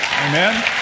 Amen